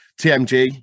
TMG